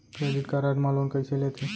Credit card मा loan कइसे लेथे?